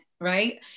right